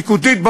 פיקודית,